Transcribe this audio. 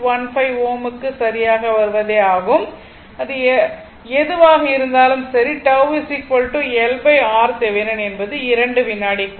15 Ω க்கு சரியாக வருவதேயாகும் அது எதுவாக இருந்தாலும் சரி τ LRThevenin என்பது 2 வினாடிக்கு வரும்